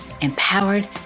empowered